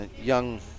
young